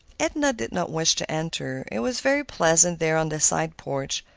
edna did not wish to enter. it was very pleasant there on the side porch,